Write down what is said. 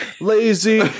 lazy